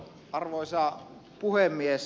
arvoisa puhemies